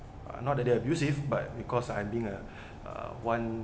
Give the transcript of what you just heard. uh not that they're abusive but because I'm being uh one